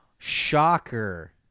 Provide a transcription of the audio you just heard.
Shocker